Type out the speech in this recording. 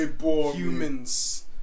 humans